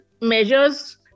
measures